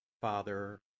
Father